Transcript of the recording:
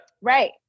Right